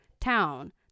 town